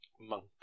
Monk